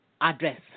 address